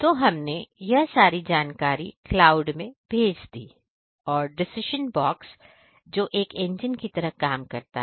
तो हमने यह सारी जानकारी क्लाउड में भेज दी और डिसीजन बॉक्स है जो एक इंजन की तरह काम करता है